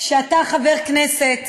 את ראית את ההצגה?